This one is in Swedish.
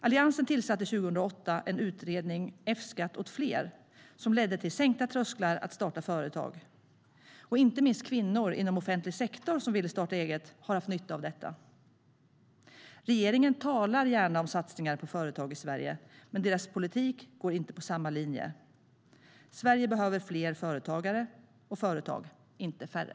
Alliansen tillsatte 2008 en utredning, Utredningen om översyn av kraven för F-skatt m.m. Utredningens betänkande, F-skatt åt flera , ledde till sänkta trösklar att starta företag. Inte minst kvinnor inom offentlig sektor som ville starta eget har haft nytta av detta. Regeringen talar gärna om satsningar på företag i Sverige, men deras politik går inte på samma linje. Sverige behöver fler företagare och företag, inte färre.